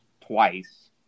twice